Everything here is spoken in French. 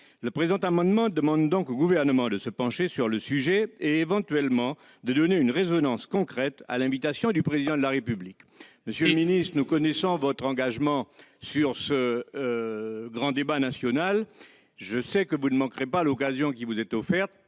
avec cet amendement, nous demandons au Gouvernement de se pencher sur le sujet et, éventuellement, de donner une résonance concrète à l'invitation du Président de la République. Monsieur le ministre, nous connaissons votre engagement dans le cadre du grand débat national. Je sais que vous ne manquerez pas cette occasion de transformer